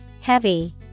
Heavy